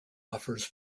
offers